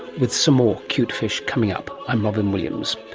with some more cute fish coming up. i'm robyn williams.